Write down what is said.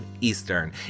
Eastern